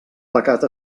pecat